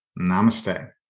Namaste